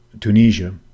Tunisia